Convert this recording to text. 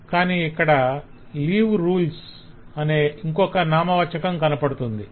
కాని ఇక్కడ 'leave rules' leave rules అనే ఇంకొక నామవాచకం కనపడుతుంది